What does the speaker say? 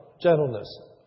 gentleness